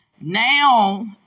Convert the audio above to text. now